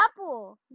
Apple